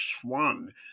swan